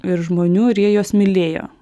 ir žmonių ir jie juos mylėjo